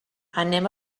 anem